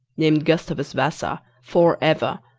named gustavus vassa, for ever,